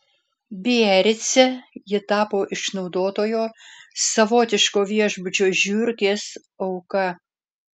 biarice ji tapo išnaudotojo savotiško viešbučio žiurkės auka